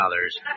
others